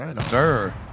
Sir